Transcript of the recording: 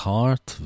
Heart